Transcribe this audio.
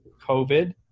COVID